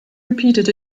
repeated